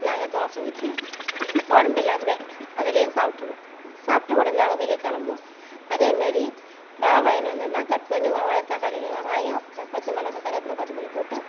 நாங்கள் தோசை ஊற்றி குழம்பு இல்லாமவே அதுலேயே சாப்பிட்ருவோம் சாப்பிட்டு உடனே நாங்கள் வெளியே கிளம்புவோம் அதே மாரி ரவை வாங்கின்னு வந்தோம்னா கட் பண்ணி வெங்காயம் தக்காளி வெங்காயம் பச்சைமெளகா கருவேப்பிலை கொத்தமல்லி போட்டு